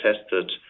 tested